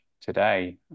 today